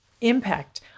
impact